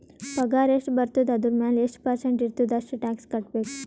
ಪಗಾರ್ ಎಷ್ಟ ಬರ್ತುದ ಅದುರ್ ಮ್ಯಾಲ ಎಷ್ಟ ಪರ್ಸೆಂಟ್ ಇರ್ತುದ್ ಅಷ್ಟ ಟ್ಯಾಕ್ಸ್ ಕಟ್ಬೇಕ್